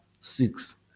six